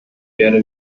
werde